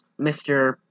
Mr